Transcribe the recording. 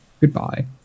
Goodbye